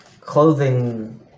clothing